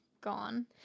gone